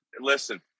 listen